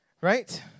right